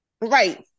Right